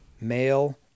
male